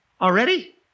Already